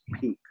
peak